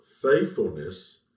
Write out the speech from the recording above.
faithfulness